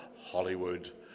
Hollywood